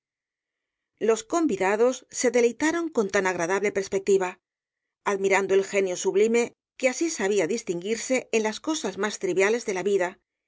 los convidados se deleitaron con tan agradable perspectiva admirando el genio sublime que así sabía distinguirse en las cosas más triviales de la vida